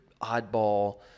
oddball